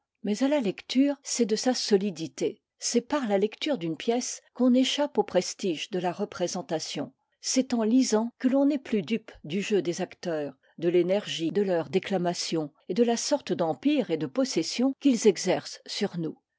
mais à la lecture c'est de sa solidité c'est par la lecture d'une pièce qu'on échappe aux prestiges de la représentation c'est en lisant que l'on n'est plus dupe du jeu des acteurs de l'énergie de leur déclamation et de la sorte d'empire et de possession qu'ils exercent sur nous